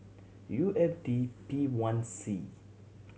U F D P one C